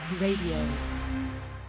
Radio